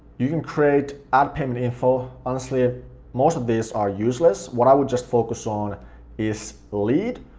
you can create ad payment info, honestly, ah most of these are useless. what i would just focus on is lead,